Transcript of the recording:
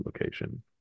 location